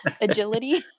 Agility